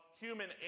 human